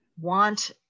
want